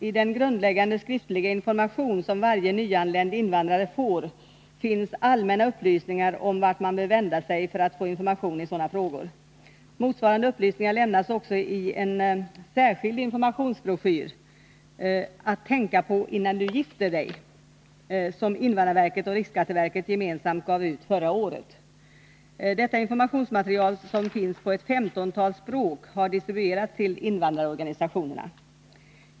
I den grundläggande skriftliga information som varje nyanländ invandrare får finns allmänna upplysningar om vart man bör vända sig för att få information i sådana frågor. Motsvarande upplysningar lämnas också i en särskild informationsbroschyr — Att tänka på innan du gifter dig — som invandrarverket och riksskatteverket gemensamt gav ut under förra året. Detta informationsmaterial, som finns på ett 15-tal språk, har distribuerats till invandrarorganisationerna.